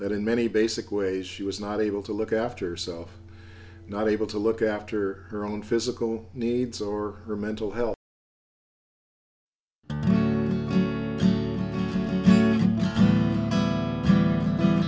that in many basic ways she was not able to look after herself not able to look after her own physical needs or her mental health